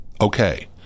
okay